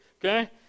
Okay